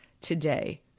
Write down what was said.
today